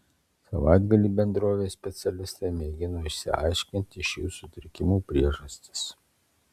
savaitgalį bendrovės specialistai mėgino išsiaiškinti šių sutrikimų priežastis